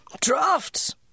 Drafts